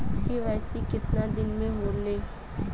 KYC कितना दिन में होले?